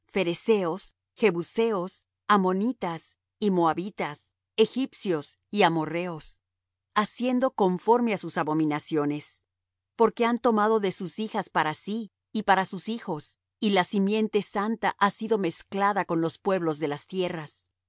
pherezeos jebuseos ammonitas y moabitas egipcios y amorrheos haciendo conforme á sus abominaciones porque han tomado de sus hijas para sí y para sus hijos y la simiente santa ha sido mezclada con los pueblos de las tierras